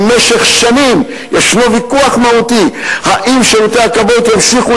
במשך שנים יש ויכוח מהותי אם שירותי הכבאות ימשיכו